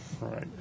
Right